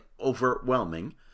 overwhelming